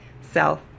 self